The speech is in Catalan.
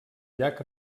llac